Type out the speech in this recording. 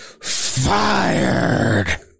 fired